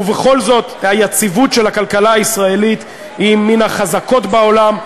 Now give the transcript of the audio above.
ובכל זאת היציבות של הכלכלה הישראלית היא מן החזקות בעולם,